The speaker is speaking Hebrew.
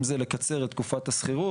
אם זה לקצר את תקופת השכירות.